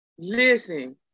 Listen